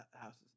houses